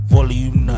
Volume